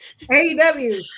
AEW